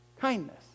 kindness